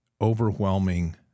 overwhelming